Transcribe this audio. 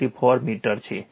34 metre છે